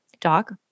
Doc